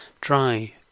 dry